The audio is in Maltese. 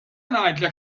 ngħidlek